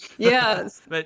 Yes